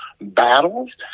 battles